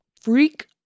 freak